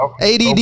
Add